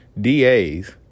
DAs